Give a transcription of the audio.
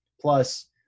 Plus